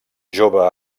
jove